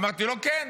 אמרתי לו, כן.